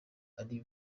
ari